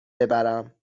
ببرم